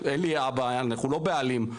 אנחנו לא בעלים,